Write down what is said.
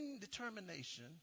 determination